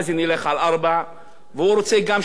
והוא רוצה גם שערוץ-10 ילכו על ארבע,